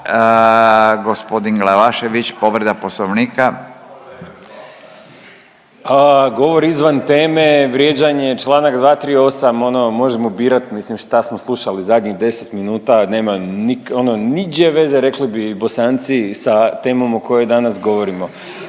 Poslovnika. **Glavašević, Bojan (Nezavisni)** Govor izvan teme, vrijeđanje Članak 238., ono možemo birat mislim šta smo slušali zadnjih 10 minuta nema ni… ono niđe veze rekli bi Bosanci sa temom o kojoj danas govorimo.